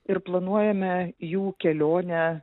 ir planuojame jų kelionę